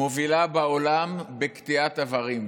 מובילה בעולם בקטיעת איברים,